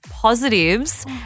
Positives